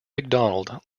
macdonald